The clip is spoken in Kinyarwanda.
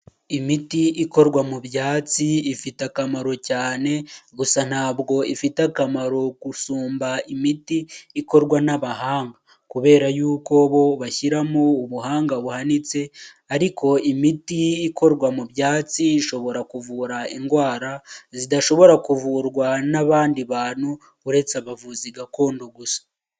Imiti ikorwa mu byatsi ifite akamaro cyane, gusa ntabwo ifite akamaro gusumba imiti ikorwa n'abahanga. Kubera yuko bo bashyiramo ubuhanga buhanitse, ariko imiti ikorwa mu byatsi ishobora kuvura indwara zidashobora kuvurwa n'abandi bantu, uretse abavuzi gakondo gusa.